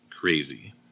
crazy